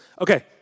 Okay